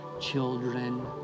children